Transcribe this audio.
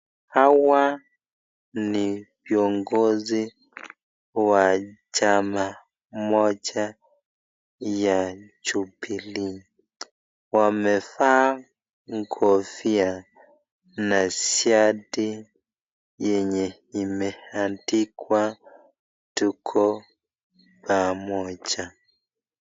Hawa ni viongozi wa chama moja ya jubilee, wamevaa kofia na shati yenye imeandikwa tuko pamoja.